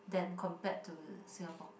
than compared to Singapore